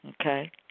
Okay